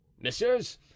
Messieurs